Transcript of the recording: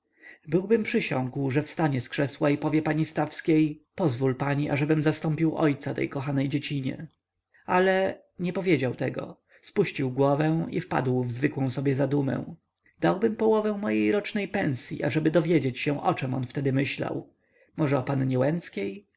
byłbym przysiągł że wstanie z krzesła i powie pani stawskiej pozwól pani ażebym zastąpił ojca tej kochanej dziecinie ale nie powiedział tego spuścił głowę i wpadł w zwykłą sobie zadumę dałbym połowę mojej rocznej pensyi ażeby dowiedzieć się o czem on wtedy myślał może o pannie łęckiej